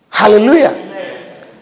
Hallelujah